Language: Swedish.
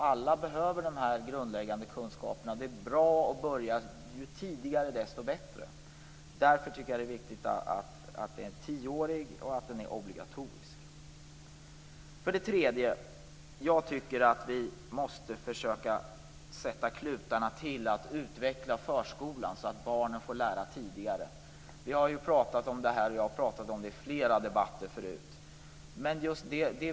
Alla behöver de grundläggande kunskaperna, och ju tidigare man börjar, desto bättre är det. Därför tycker jag att det är viktigt att grundskolan skall vara tioårig och obligatorisk. Jag tycker för det tredje att vi måste sätta till alla klutar för att utveckla förskolan så att barnen tidigare får börja sitt lärande. Jag har talat om detta i flera tidigare debatter.